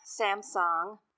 Samsung